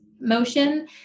motion